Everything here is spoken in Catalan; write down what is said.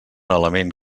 element